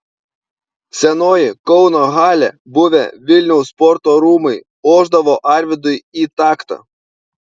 senoji kauno halė buvę vilniaus sporto rūmai ošdavo arvydui į taktą